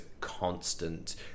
constant